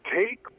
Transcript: take